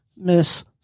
Miss